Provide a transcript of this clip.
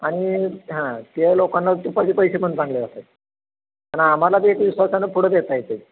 आणि हां ते लोकांना तुपाचे पैसे पण चांगले पण आम्हाला ते एक विश्वासानं पुढं देता येतं आहे